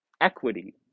equity